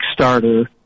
Kickstarter